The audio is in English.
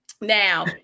now